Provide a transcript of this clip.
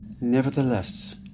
Nevertheless